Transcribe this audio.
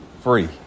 free